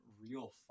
real